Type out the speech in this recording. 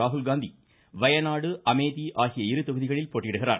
ராகுல்காந்தி வயநாடு அமேதி ஆகிய இரு தொகுதிகளில் போட்டியிடுகிறார்